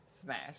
Smash